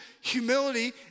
humility